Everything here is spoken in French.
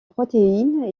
protéines